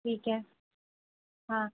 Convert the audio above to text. ٹھیک ہے ہاں